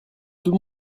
tout